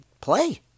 play